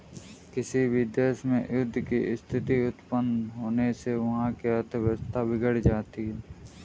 किसी भी देश में युद्ध की स्थिति उत्पन्न होने से वहाँ की अर्थव्यवस्था बिगड़ जाती है